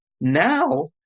now